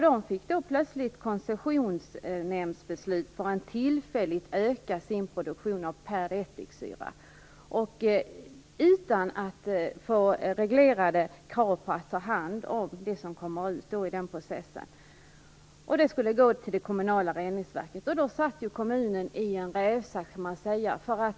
Det fick plötsligt ett beslut från Koncessionsnämnden att tillfälligt få öka sin produktion av ättiksyra utan att få reglerade krav på att ta hand om det som kommer ut i den processen. Det skulle gå till det kommunala reningsverket. Då satt kommunen i en rävsax.